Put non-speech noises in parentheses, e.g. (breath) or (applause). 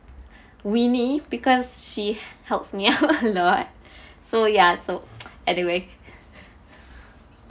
weenie because she helps me out a lot (breath) so ya so anyway